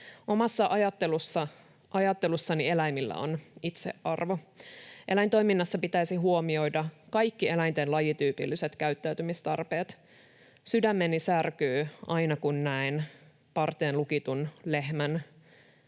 Omassa ajattelussani eläimillä on itseisarvo. Eläintoiminnassa pitäisi huomioida kaikki eläinten lajityypilliset käyttäytymistarpeet. Sydämeni särkyy aina, kun näen parteen lukitun lehmän,